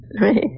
Right